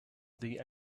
the